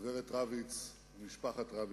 הגברת רביץ ומשפחת רביץ,